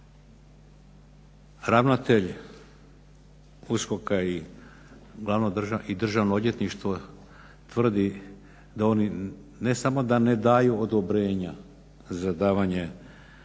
Ravnatelj USKOK-a i Državno odvjetništvo tvrdi da oni, ne samo da ne daju odobrenja za davanje,